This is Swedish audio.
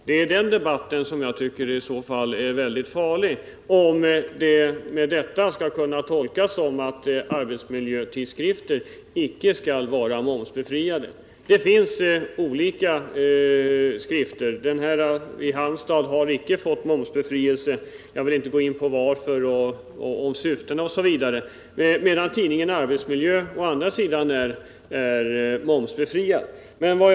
Det tycker jag i så fall är väldigt farligt — om det skall tolkas så att arbetsmiljötidskrifter inte skall vara momsbefriade. Det finns olika skrifter. Den i Halmstad har inte fått momsbefrielse. Jag vill inte gå in på anledningen till det, syftena med tidningen osv. Å andra sidan är tidningen Arbetsmiljö momsbefriad.